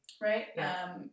right